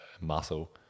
muscle